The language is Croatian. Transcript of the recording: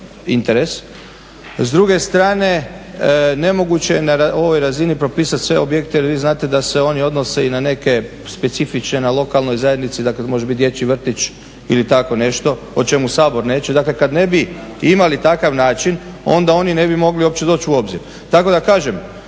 S druge strane nemoguće je na ovoj razini propisati sve objekte, jer vi znate da se oni odnose i na neke specifične na lokalnoj zajednici, dakle kako može biti dječji vrtić ili tako nešto o čemu Sabor neće. Dakle, kad ne bi imali takav način onda oni ne bi mogli uopće doći u obzir. Tako da kažem